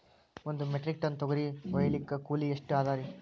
ಒಂದ್ metric tonne ತೊಗರಿ ಹೋಯಿಲಿಕ್ಕ ಕೂಲಿ ಎಷ್ಟ ಅದರೀ?